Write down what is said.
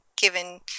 given